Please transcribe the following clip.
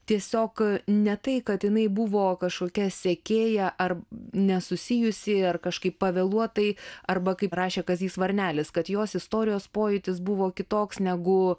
tiesiog ne tai kad jinai buvo kažkokia sekėja ar nesusijusi ar kažkaip pavėluotai arba kaip rašė kazys varnelis kad jos istorijos pojūtis buvo kitoks negu